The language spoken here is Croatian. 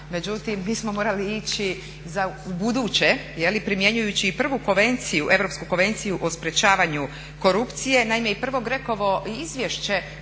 međutim mi smo morali ići za ubuduće primjenjujući i prvu Europsku konvenciju o sprečavanju korupcije. Naime, i prvo GRECO-ovo izvješće